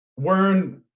Wern